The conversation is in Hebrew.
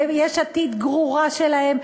ויש עתיד גרורה שלהם,